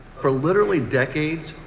for literally decades,